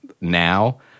now